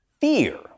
fear